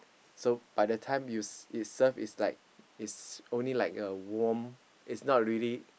so by the time you it's served it's like it's only like a warm it's not really